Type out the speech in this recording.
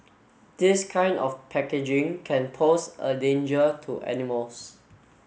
this kind of packaging can pose a danger to animals